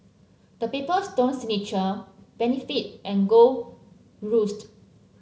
The Paper Stone Signature Benefit and Gold Roast